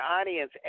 audience